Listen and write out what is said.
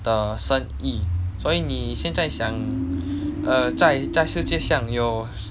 的生意所以你现在想 err 在在世界上有